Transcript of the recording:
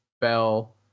Bell